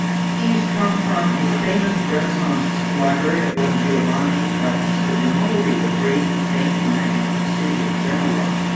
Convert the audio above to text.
these come from a famous renaissance library of one giovanni battista grimaldi, a great banking magnate of the city of genoa.